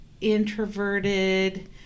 introverted